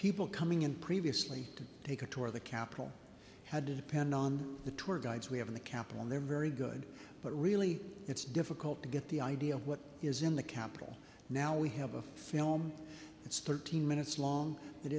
people coming in previously to take a tour of the capitol had to depend on the tour guides we have in the capitol and they're very good but really it's difficult to get the idea of what is in the capitol now we have a film it's thirteen minutes long